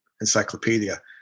encyclopedia